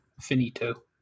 finito